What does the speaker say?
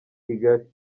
kigali